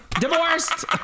Divorced